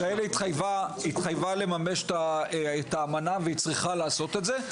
ישראל התחייבה לממש את האמנה והיא צריכה לעשות את זה.